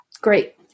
great